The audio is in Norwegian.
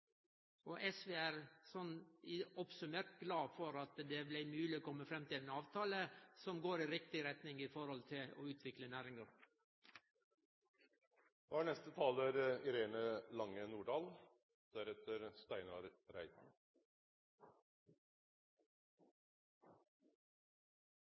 for. SV er oppsummert glad for at det blei mogleg å kome fram til ein avtale som går i riktig retning i forhold til å utvikle